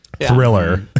thriller